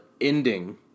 ending